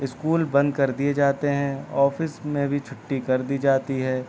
school بند کر دیے جاتے ہیں آفس میں بھی چھٹّی کر دی جاتی ہے